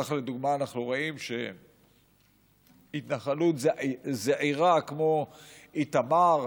כך לדוגמה אנחנו רואים שהתנחלות זעירה כמו איתמר,